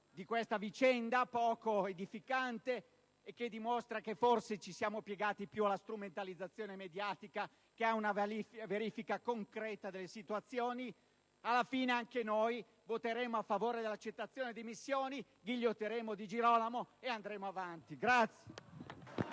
di questa vicenda poco edificante, che dimostra che forse ci siamo piegati più alla strumentalizzazione mediatica che ad una verifica concreta delle situazioni, anche noi voteremo a favore dell'accettazione delle dimissioni, ghigliottineremo Di Girolamo e andremo avanti.